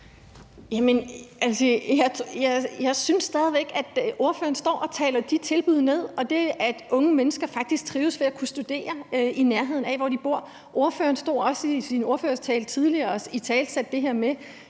Jeg synes stadig væk, at ordføreren står og taler de tilbud og det, at unge mennesker faktisk trives ved at kunne studere i nærheden af, hvor de bor, ned. Ordføreren italesatte også i sin ordførertale tidligere det her med,